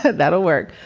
that'll work.